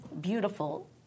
beautiful